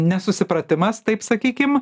nesusipratimas taip sakykim